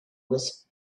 was